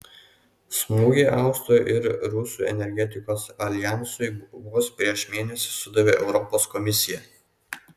smūgį austrų ir rusų energetikos aljansui vos prieš mėnesį sudavė europos komisija